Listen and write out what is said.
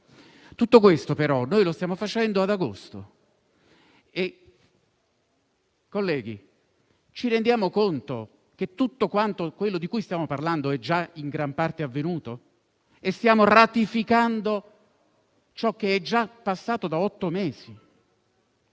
Tutto questo, però, lo stiamo facendo ad agosto. Colleghi, ci rendiamo conto che tutto ciò di cui stiamo parlando è già in gran parte è avvenuto e che stiamo ratificando ciò che è già passato da otto mesi?